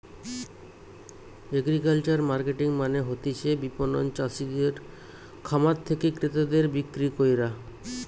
agricultural marketing মানে হতিছে বিপণন চাষিদের খামার থেকে ক্রেতাদের বিক্রি কইরা